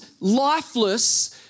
lifeless